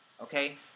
okay